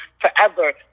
forever